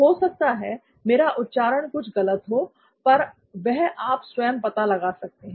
हो सकता है मेरा उच्चारण कुछ गलत हो पर वह आप स्वयं पता लगा सकते हैं